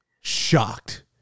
shocked